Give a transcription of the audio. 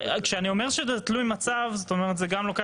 כשאני אומר שזה תלוי מצב זה לוקח